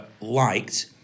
liked